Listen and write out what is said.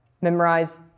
memorize